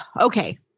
Okay